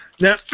Now